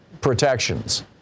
protections